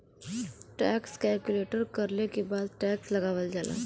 tax calculate करले के बाद टैक्स लगावल जाला